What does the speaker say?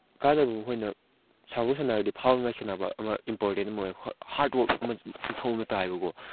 ꯀꯥꯟꯅꯕꯗꯨ ꯑꯩꯈꯣꯏꯅ ꯁꯥꯟꯕꯨ ꯁꯥꯟꯅꯔꯗꯤ ꯐꯥꯎꯅꯕ ꯁꯥꯟꯅꯕ ꯑꯃ ꯏꯝꯄꯣꯔꯇꯦꯟ ꯑꯃ ꯑꯣꯏ ꯍꯥꯔꯠ ꯋꯥꯛ ꯑꯃ ꯃꯊꯧ ꯇꯥꯏꯕꯀꯣ